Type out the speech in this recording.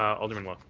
alderman lowe?